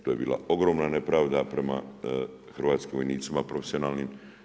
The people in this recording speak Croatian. To je bila ogromna nepravda prema hrvatskim vojnicima profesionalnim.